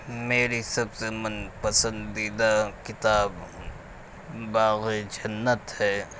میری سب سے من پسندیدہ کتاب باغ جنت ہے